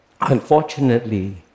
Unfortunately